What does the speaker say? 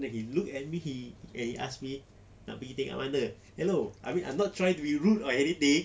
then he look at me he and he ask me nak pergi tingkat mana hello I mean I'm not trying to be rude or anything